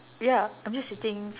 ya I'm just sitting